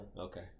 Okay